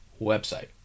Website